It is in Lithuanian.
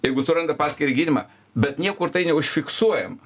jeigu suranda paskiria gydymą bet niekur tai neužfiksuojama